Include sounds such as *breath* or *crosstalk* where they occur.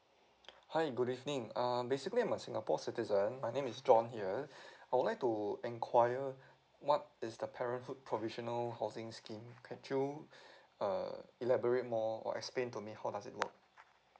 hi good evening uh basically I'm a singapore citizen my name is john here *breath* I would like to inquire what is the parenthood provisional housing scheme could you *breath* err elaborate more or explain to me how does it work